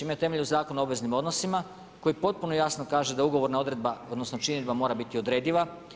Imaju na temelju Zakona o obveznim odnosima koji potpuno jasno kaže da ugovorna odredba, odnosno činidba mora biti odrediva.